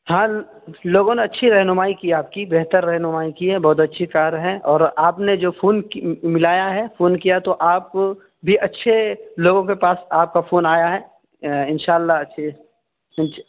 ہاں لوگوں نے اچھی رہنمائی کی ہے آپ کی بہتر رہنمائی کی ہے بہت اچھی کار ہے اور آپ نے جو فون ملایا ہے فون کیا تو آپ بھی اچھے لوگوں کے پاس آپ کا فون آیا ہے ان شاء اللہ اچھے